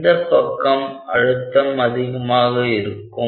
எந்த பக்கம் அழுத்தம் அதிகமாக இருக்கும்